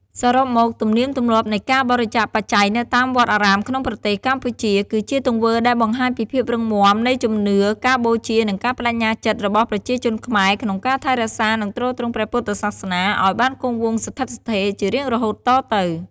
សរុបមក ទំនៀមទម្លាប់នៃការបរិច្ចាគបច្ច័យនៅតាមវត្តអារាមក្នុងប្រទេសកម្ពុជា គឺជាទង្វើដែលបង្ហាញពីភាពរឹងមាំនៃជំនឿ ការបូជា និងការប្តេជ្ញាចិត្តរបស់ប្រជាជនខ្មែរក្នុងការថែរក្សា និងទ្រទ្រង់ព្រះពុទ្ធសាសនាឱ្យបានគង់វង្សស្ថិតស្ថេរជារៀងរហូតតទៅ។